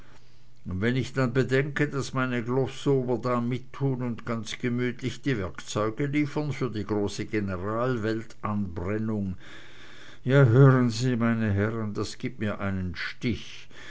und wenn ich dann bedenke daß meine globsower da mittun und ganz gemütlich die werkzeuge liefern für die große generalweltanbrennung ja hören sie meine herren das gibt mir einen stich